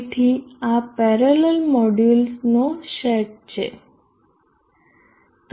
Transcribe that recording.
તેથી આ પેરેલલ મોડ્યુલોનો સેટ હશે